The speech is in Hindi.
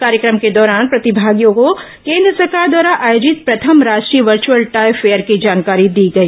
कार्यक्रम के दौरान प्रतिभागियों को केन्द्र सरकार द्वारा आयोजित प्रथम राष्ट्रीय वर्च्यअल टॉय फेयर की जानकारी दी गई